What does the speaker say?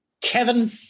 Kevin